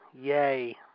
Yay